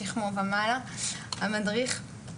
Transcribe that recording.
משכמו ומעלה, המדריך.